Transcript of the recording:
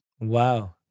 wow